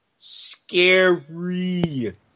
Scary